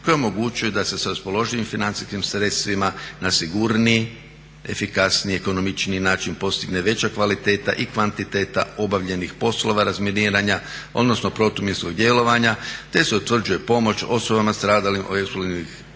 koje omogućuju da se s raspoloživim financijskim sredstvima na sigurniji, efikasniji, ekonomičniji način postigne veća kvaliteta i kvantiteta obavljenih poslova razminiranja odnosno protuminskog djelovanja, te se utvrđuje pomoć osobama stradalim u eksplozivnih ostataka